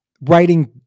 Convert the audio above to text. writing